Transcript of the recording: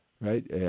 Right